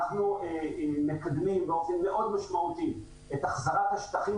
אנחנו מקדמים באופן מאוד משמעותי את החזרת השטחים